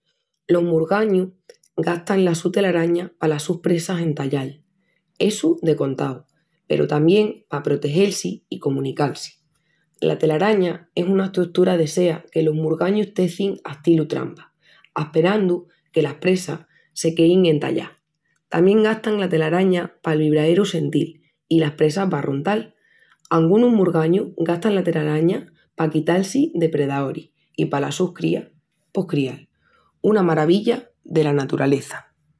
Los murgañus gastan la su tararaña palas sus presas entallal, essu de contau, peru tamién pa protegel-si i comunical-si. La tararaña es una estrutura de sea que los murgañus tecin astilu trampa, asperandu que las presas se quein entallás. Tamién gastan la tararaña pal brivaeru sentil i las presas barruntal. Angunus murgañus gastan la tararaña pa quital-si de predaoris i palas sus crías... pos crial. Una maravilla dela naturaleza!